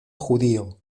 judío